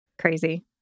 Crazy